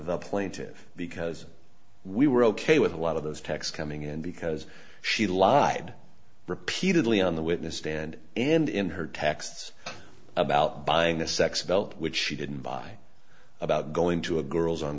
the plaintive because we were ok with a lot of those techs coming in because she lied repeatedly on the witness stand and in her texts about buying a sex belt which she didn't buy about going to a girls on